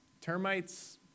Termites